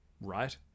right